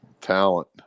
Talent